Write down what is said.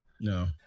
No